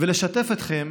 ולשתף אתכם